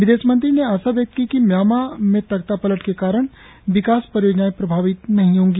विदेश मंत्री ने आशा व्यक्त की कि म्यांमा में तख्तापलट के कारण विकास परियोजनाएं प्रभावित नहीं होंगी